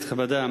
חברי הכנסת,